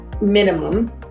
minimum